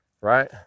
right